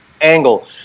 angle